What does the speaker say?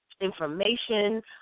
information